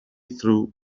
through